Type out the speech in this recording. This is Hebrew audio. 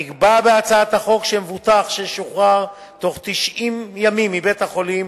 נקבע בהצעת החוק שמבוטח ששוחרר תוך 90 ימים מבית-החולים,